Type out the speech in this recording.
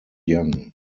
young